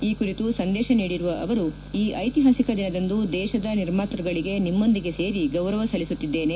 ಈ ಕುರಿತು ಸಂದೇಶ ನೀಡಿರುವ ಅವರು ಈ ಐತಿಹಾಸಿಕ ದಿನದಂದು ದೇಶದ ನಿರ್ಮಾತ್ಯಗಳಿಗೆ ನಿಮ್ಮೊಂದಿಗೆ ಸೇರಿ ಗೌರವ ಸಲ್ಲಿಸುತ್ತಿದ್ದೇನೆ